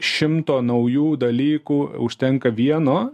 šimto naujų dalykų užtenka vieno